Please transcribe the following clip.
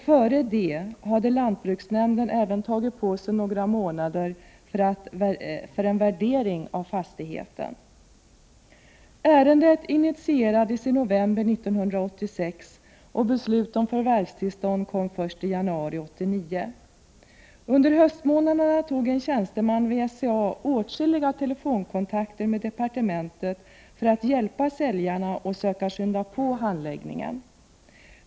Före det hade lantbruksnämnden även tagit några månader på sig för en värdering av fastigheten. Ärendet initierades i november 1986 och beslut om förvärvstillstånd kom först i januari 1989. Under höstmånaderna tog en tjänsteman vid SCA åtskilliga telefonkontakter med departementet för att hjälpa säljarna och söka skynda på handläggningen.